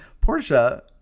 Portia